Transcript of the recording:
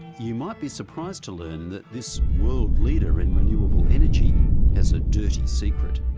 you might be surprised to learn that this world leader in renewable energy has a dirty secret.